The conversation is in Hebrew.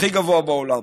הכי גבוה בעולם.